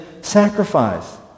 sacrifice